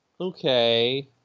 okay